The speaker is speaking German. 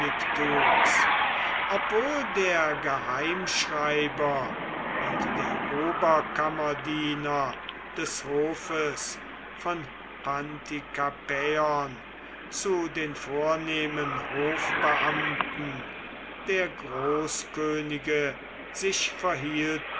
obwohl der geheimschreiber und der oberkammerdiener des hofes von pantikapäon zu den vornehmen hofbeamten der großkönige sich verhielten